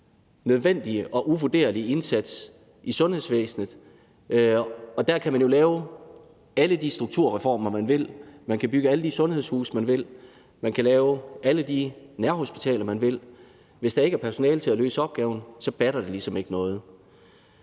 nødvendige og uvurderlige indsats i sundhedsvæsenet. Der kan man jo lave alle de strukturreformer, man vil, man kan bygge alle de sundhedshuse, man vil, man kan lave alle de nye nærhospitaler, man vil: Hvis der ikke er personale til at løse opgaven, så batter det ligesom ikke noget.